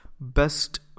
best